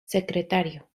secretario